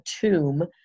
tomb